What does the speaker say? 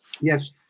yes